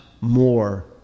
more